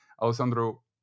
Alessandro